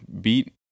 beat